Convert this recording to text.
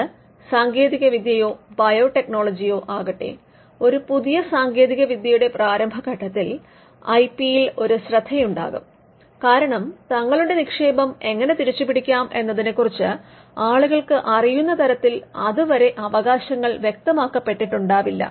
അത് സാങ്കേതികവിദ്യയോ ബയോടെക്നോളജിയോ ആകട്ടെ ഒരു പുതിയ സാങ്കേതികവിദ്യയുടെ പ്രാരംഭഘട്ടത്തിൽ ഐ പി യിൽ ഒരു ശ്രദ്ധയുണ്ടാകും കാരണം തങ്ങളുടെ നിക്ഷേപം എങ്ങെനെ തിരിച്ചുപിടിക്കാം എന്നതിനെ കുറിച്ച് ആളുകൾക്ക് അറിയുന്നതരത്തിൽ അതുവരെ അവകാശങ്ങൾ വ്യക്തമാക്കപ്പെട്ടിട്ടുണ്ടാവില്ല